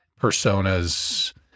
personas